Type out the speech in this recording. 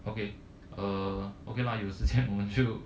okay uh okay lah 有时间我们就